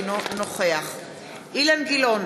אינו נוכח אילן גילאון,